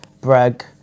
brag